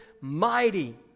mighty